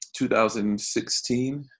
2016